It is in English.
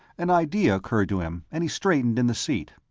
an idea occurred to him, and he straightened in the seat.